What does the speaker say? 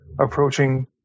approaching